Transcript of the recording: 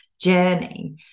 journey